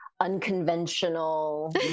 unconventional